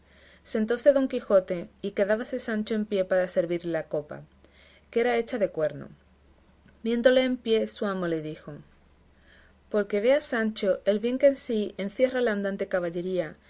pusieron sentóse don quijote y quedábase sancho en pie para servirle la copa que era hecha de cuerno viéndole en pie su amo le dijo porque veas sancho el bien que en sí encierra la andante caballería